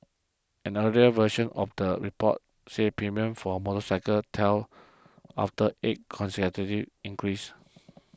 an earlier version of the report said premiums for motorcycles tell after eight consecutive increases